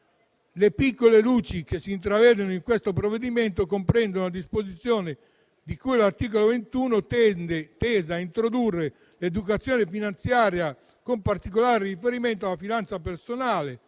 Le piccole luci che si intravedono in questo provvedimento comprendono la disposizione di cui all'articolo 21, tesa a introdurre l'educazione finanziaria, con particolare riferimento alla finanza personale,